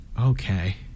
Okay